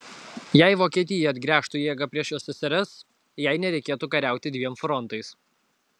jei vokietija atgręžtų jėgą prieš ssrs jai nereikėtų kariauti dviem frontais